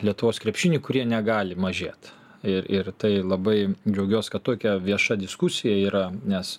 lietuvos krepšiniui kurie negali mažėt ir ir tai labai džiaugiuos kad tokia vieša diskusija yra nes